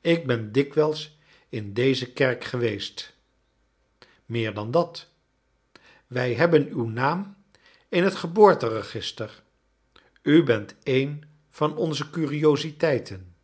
ik ben dikwijls in deze kerk geweest meer dan dat wij hebben uw naam in het geboorteregister u bent een van onze curiositeiten